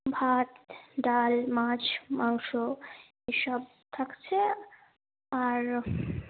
ভাত ডাল মাছ মাংস এসব থাকছে আর